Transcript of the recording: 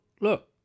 look